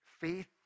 faith